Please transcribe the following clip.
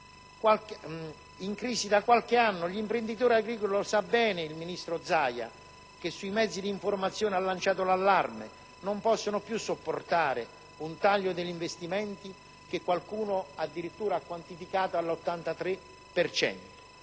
terribile da qualche anno. Gli imprenditori agricoli - lo sa bene il ministro Zaia che sui mezzi d'informazione ha lanciato l'allarme - non possono più sopportare un taglio degli investimenti, che qualcuno ha addirittura quantificato nell'83